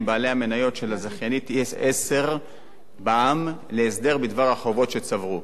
בעלי המניות של הזכיינית "ישראל 10 בע"מ" להסדר בדבר החובות שצברו.